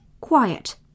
Quiet